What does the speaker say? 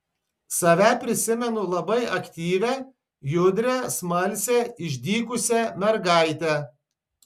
save prisimenu labai aktyvią judrią smalsią išdykusią mergaitę